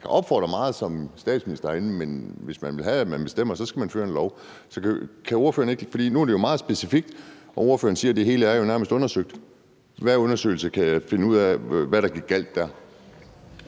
kan opfordre til meget som statsminister herinde, men hvis man vil kunne bestemme, skal man indføre en lov. Nu er det jo meget specifikt, og ordføreren siger, at det hele jo nærmest er undersøgt. Hvilken undersøgelse kan finde ud af, hvad der gik galt der?